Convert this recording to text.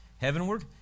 heavenward